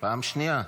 פעם שנייה.